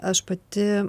aš pati